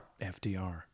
FDR